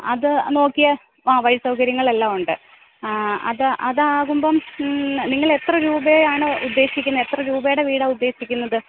അതു നോക്കിയാല് ആ വഴി സൗകര്യങ്ങൾ എല്ലാം ഉണ്ട് അത് അതാകുമ്പോള് നിങ്ങള് എത്ര രൂപയാണ് ഉദ്ദേശിക്കുന്നത് എത്ര രൂപയുടെ വീടാണ് ഉദ്ദേശിക്കുന്നത്